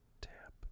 Tap